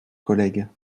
collègues